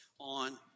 on